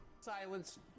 Silence